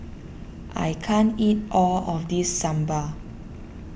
I can't eat all of this Sambar